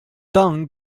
deng